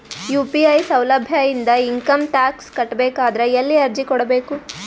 UPI ಸೌಲಭ್ಯ ಇಂದ income tax ಕಟ್ಟಬೇಕಾದರ ಎಲ್ಲಿ ಅರ್ಜಿ ಕೊಡಬೇಕು?